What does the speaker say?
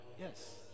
yes